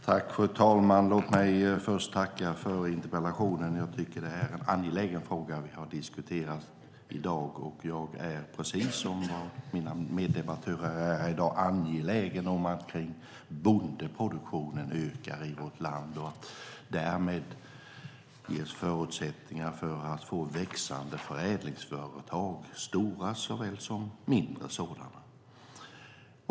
Fru talman! Låt mig först tacka för interpellationen. Jag tycker att det är en angelägen fråga vi har diskuterat i dag. Jag är, precis som mina meddebattörer här i dag, angelägen om att bondeproduktionen ökar i vårt land och att vi därmed ges förutsättningar att få växande förädlingsföretag, stora såväl som mindre sådana.